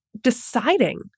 deciding